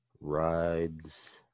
rides